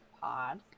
pod